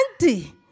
Auntie